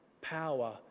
power